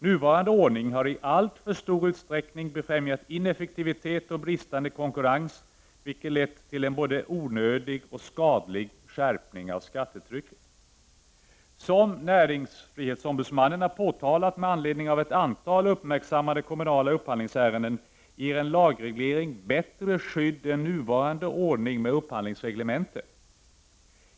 Nuvarande ordning har i alltför stor utsträckning befrämjat ineffektivitet och bristande konkurrens, vilket lett till både en onödig och skadlig skärpning av skattetrycket. Som näringsfrihetsombudsmannen har påtalat med anledning av ett antal uppmärksammade kommunala upphandlingsärenden ger en lagreglering bättre skydd än nuvarande ordning med upphandlingsreglemente.